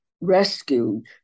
rescued